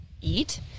eat